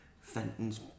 Fenton's